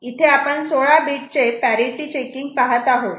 इथे आपण 16 बीट चे पॅरिटि चेकिंग पाहत आहोत